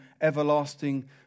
everlasting